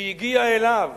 שהגיעה אליו